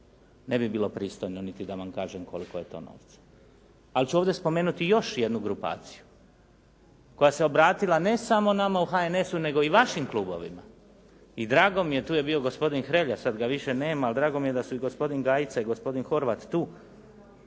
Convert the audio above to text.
ne bi bilo pristojno niti da vam kažem koliko je to novca. Ali ću ovdje spomenuti još jednu grupaciju koja se obratila ne samo nama u HNS-u nego i vašim klubovima i drago mi je, tu je bio gospodin Hrelja, sad ga više nema. Ali drago mi je da su i gospodin Gajica i gospodin Horvat tu,